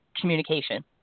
communication